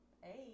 Hey